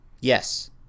Yes